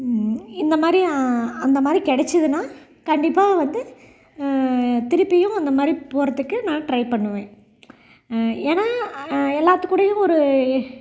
இந்த மாதிரி அந்த மாதிரி கிடைச்சிதுனா கண்டிப்பாக வந்து திருப்பியும் அந்த மாதிரி போகறதுக்கு நான் ட்ரை பண்ணுவேன் ஏன்னா எல்லாத்துக்குடையும் ஒரு